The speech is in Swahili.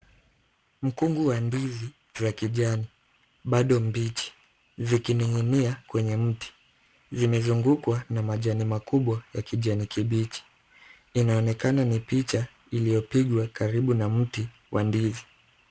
Mkungu wa ndizi za kijani bado mbichi zikining'inia kwenye mti zimezungukwa na majani makubwa ya kijani kibichi. Inaonekana ni picha iliyopigwa karibu na mti wa ndizi.